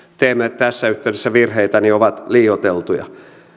teemme tässä yhteydessä virheitä ovat liioiteltuja